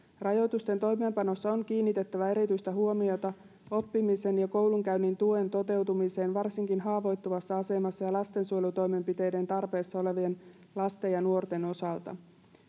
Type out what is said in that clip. rajoitusten toimeenpanossa on kiinnitettävä erityistä huomiota oppimisen ja koulunkäynnin tuen toteutumiseen varsinkin haavoittuvassa asemassa ja lastensuojelutoimenpiteiden tarpeessa olevien lasten ja nuorten osalta